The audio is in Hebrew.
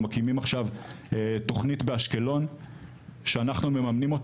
אנחנו מקימים עכשיו תוכנית באשקלון שאנחנו מממנים,